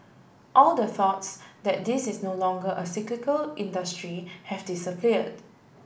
all the thoughts that this is no longer a cyclical industry have disappeared